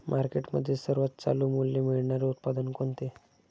मार्केटमध्ये सर्वात चालू मूल्य मिळणारे उत्पादन कोणते?